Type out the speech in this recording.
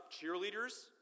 cheerleaders